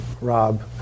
Rob